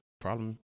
problem